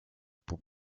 pour